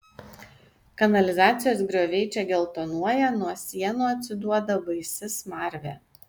kanalizacijos grioviai čia geltonuoja nuo sienų atsiduoda baisi smarvė